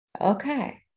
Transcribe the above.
Okay